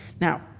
Now